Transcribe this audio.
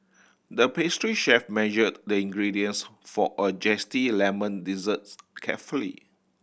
the pastry chef measured the ingredients for a zesty lemon desserts carefully